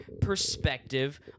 perspective